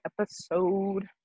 episode